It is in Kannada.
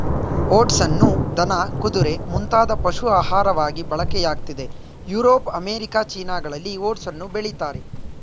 ಓಟ್ಸನ್ನು ದನ ಕುದುರೆ ಮುಂತಾದ ಪಶು ಆಹಾರವಾಗಿ ಬಳಕೆಯಾಗ್ತಿದೆ ಯುರೋಪ್ ಅಮೇರಿಕ ಚೀನಾಗಳಲ್ಲಿ ಓಟ್ಸನ್ನು ಬೆಳಿತಾರೆ